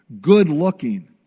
good-looking